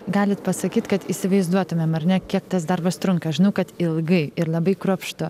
galit pasakyt kad įsivaizduotumėm ar ne kiek tas darbas trunka aš žinau kad ilgai ir labai kruopštu